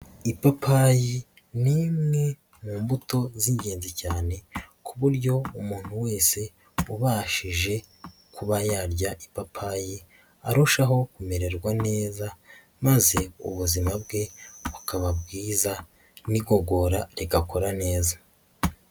Ipapayi ni imwe mu mbuto z'ingenzi cyane ku buryo umuntu wese ubashije kuba yarya ipapayi arushaho kumererwa neza maze ubuzima bwe bukaba bwiza n'igogora rigakora neza.